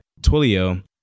Twilio